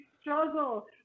struggle